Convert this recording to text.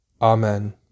Amen